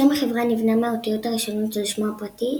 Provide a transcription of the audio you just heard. שם החברה נבנה מהאותיות הראשונות של שמו הפרטי,